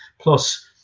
Plus